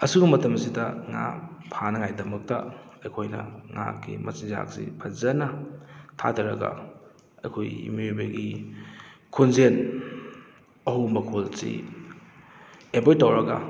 ꯑꯁꯤꯒꯨꯝꯕ ꯃꯇꯝꯁꯤꯗ ꯉꯥ ꯐꯅꯉꯥꯏꯗꯃꯛꯇ ꯑꯩꯈꯣꯏꯅ ꯉꯥꯒꯤ ꯃꯆꯤꯟꯖꯥꯛꯁꯤ ꯐꯖꯅ ꯊꯥꯗꯔꯒ ꯑꯩꯈꯣꯏꯒꯤ ꯃꯤꯑꯣꯏꯕꯒꯤ ꯈꯣꯟꯖꯦꯟ ꯑꯍꯧꯕ ꯃꯈꯣꯜꯁꯤ ꯑꯦꯕꯣꯏꯗ ꯇꯧꯔꯒ